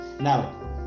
Now